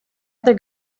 other